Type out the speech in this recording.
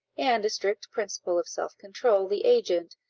and a strict principle of self-control the agent,